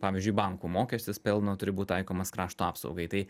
pavyzdžiui bankų mokestis pelno turi būt taikomas krašto apsaugai tai